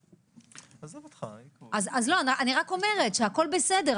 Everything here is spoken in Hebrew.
אני רק אומרת - הכל בסדר,